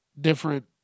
different